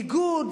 ביגוד,